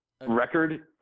record